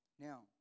Now